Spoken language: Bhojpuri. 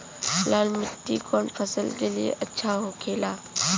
लाल मिट्टी कौन फसल के लिए अच्छा होखे ला?